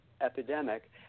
epidemic